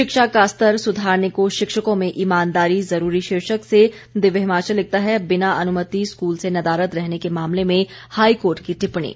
शिक्षा का स्तर सुधारने को शिक्षकों में ईमानदारी जरूरी शीर्षक से दिव्य हिमाचल लिखता है बिना अनुमति स्कूल से नदारद रहने के मामले में हाईकोर्ट की टिप्पणी